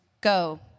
go